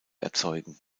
erzeugen